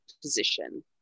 position